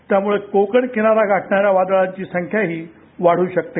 त्यामुळे कोकण किनारा गाठणार्या वादळांची संख्याही वाढू शकते